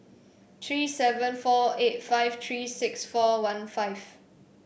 three seven four eight five three six four one five